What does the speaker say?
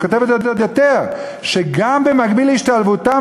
היא כותבת עוד יותר: שגם במקביל להשתלבותם,